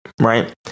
right